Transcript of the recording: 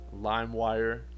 LimeWire